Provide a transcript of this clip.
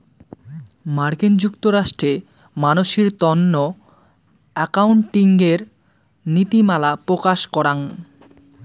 মার্কিন যুক্তরাষ্ট্রে মানসির তন্ন একাউন্টিঙের নীতিমালা প্রকাশ করাং